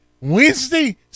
wednesday